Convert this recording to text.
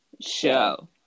show